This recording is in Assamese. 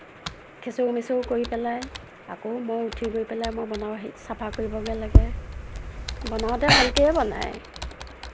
খেছৌ মেছৌ কৰি পেলায় আকৌ মই উঠি গৈ পেলাই মই বনা হেৰি চাফা কৰিবগৈ লাগে বনাওঁতে ভালকেই বনায়